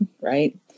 right